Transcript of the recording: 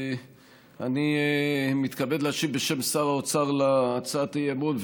אני מתכבד להשיב בשם שר האוצר על הצעת האי-אמון,